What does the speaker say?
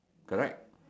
correct